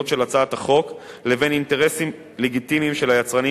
של הצעת החוק לבין אינטרסים לגיטימיים של היצרנים